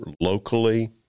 locally